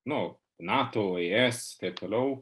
nu nato es taip toliau